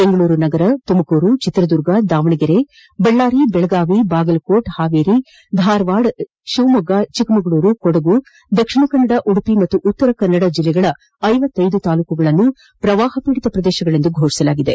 ಬೆಂಗಳೂರು ನಗರ ತುಮಕೂರು ಚಿತ್ರದುರ್ಗ ದಾವಣಗೆರೆ ಬಳ್ಳಾರಿ ಬೆಳಗಾವಿ ಬಾಗಲಕೋಟೆ ಹಾವೇರಿ ಧಾರವಾದ ಶಿವಮೊಗ್ಗ ಚಿಕ್ಕಮಗಳೂರು ಕೊಡಗು ದಕ್ಷಿಣ ಕನ್ನಡ ಉಡುಪಿ ಹಾಗೂ ಉತ್ತರ ಕನ್ನಡ ಜಿಲ್ಲೆಗಳ ಐವತ್ತೆದು ತಾಲ್ಲೂಕುಗಳನ್ನು ಪ್ರವಾಹ ಪೀಡಿತ ಪ್ರದೇಶಗಳೆಂದು ಘೋಷಿಸಲಾಗಿದೆ